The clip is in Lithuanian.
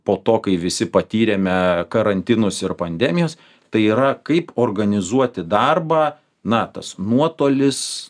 po to kai visi patyrėme karantinus ir pandemijas tai yra kaip organizuoti darbą na tas nuotolis